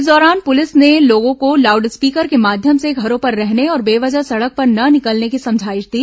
इस दौरान पुलिस ने लोगों को लाउड स्पीकर के माध्यम से घरों पर रहने और बेवजह सड़क पर न निकलने की समझाइश दी